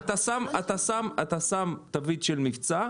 אתה שם תווית של מבצע,